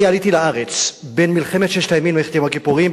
אני עליתי לארץ בין מלחמת ששת הימים למלחמת יום הכיפורים,